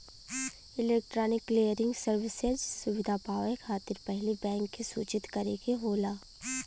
electronic clearing services सुविधा पावे खातिर पहिले बैंक के सूचित करे के होला